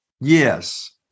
Yes